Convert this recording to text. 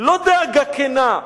לא דאגה כנה.